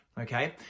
Okay